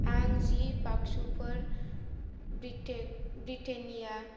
आं जि बाक्सुफोर ब्रिटेक ब्रिटेनिया